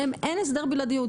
אין הסדר בלעדיות,